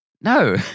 No